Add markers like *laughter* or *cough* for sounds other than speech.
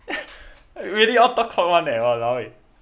*laughs* really all talk cock [one] eh !walao! eh